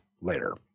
later